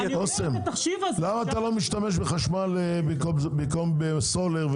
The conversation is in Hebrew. למה אתה לא משתמש בחשמל במקום בסולר?